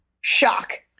shock